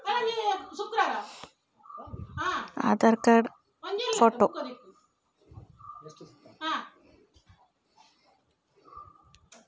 Account open ಮಾಡ್ಲಿಕ್ಕೆ ನಾವು ಏನೆಲ್ಲ ಡಾಕ್ಯುಮೆಂಟ್ ಕೊಡಬೇಕೆಂದು ಹೇಳ್ತಿರಾ?